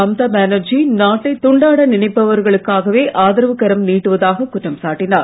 மம்தா பேனர்ஜி நாட்டைத் துண்டாட நினைப்பவர்களுக்கே ஆதரவுக் கரம் நீட்டுவதாகக் குற்றம் சாட்டினார்